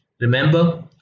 Remember